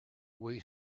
wait